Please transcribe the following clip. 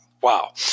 Wow